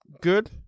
Good